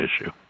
issue